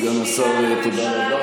אדוני סגן השר, תודה רבה.